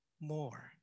more